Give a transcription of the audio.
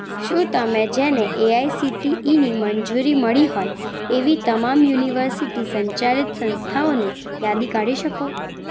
શું તમે જેને એઆઇસીટીઇની મંજૂરી મળી હોય એવી તમામ યુનિવર્સિટી સંચાલિત સંસ્થાઓની યાદી કાઢી શકો